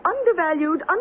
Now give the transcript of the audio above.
undervalued